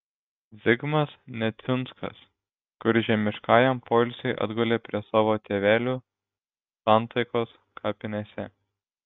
zigmas neciunskas kur žemiškajam poilsiui atgulė prie savo tėvelių santaikos kapinėse